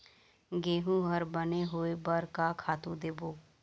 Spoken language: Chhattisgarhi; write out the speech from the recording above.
गेहूं हर बने होय बर का खातू देबो?